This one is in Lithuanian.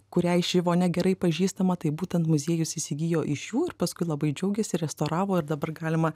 kuriai ši vonia gerai pažįstama tai būtent muziejus įsigijo iš jų ir paskui labai džiaugėsi ir restauravo ir dabar galima